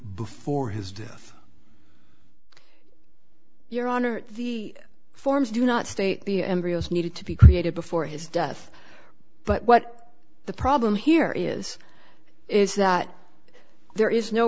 before his death your honor the forms do not state the embryos needed to be created before his death but what the problem here is is that there is no